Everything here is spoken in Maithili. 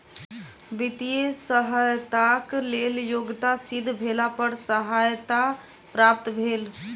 वित्तीय सहयताक लेल योग्यता सिद्ध भेला पर सहायता प्राप्त भेल